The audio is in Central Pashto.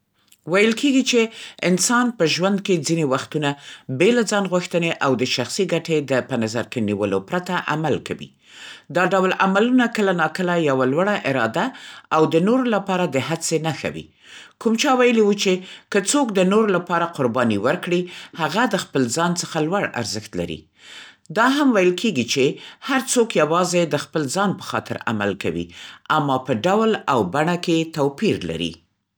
ویل کېږي چې انسان په ژوند کې ځینې وختونه بې له ځان‌غوښتنې او د شخصي ګټې د په نظر کې نیولو پرته عمل کوي. دا ډول عملونه کله ناکله یوه لوړه اراده او د نورو لپاره د هڅې نښه وي. کوم چا ویلي و، چې که څوک د نورو لپاره قرباني ورکړي، هغه د خپل ځان څخه لوړ ارزښت لري. دا هم ویل کېږي چې هر څوک یوازې د خپل ځان په خاطر عمل کوي، اما په ډول او بڼه کې توپیر لري.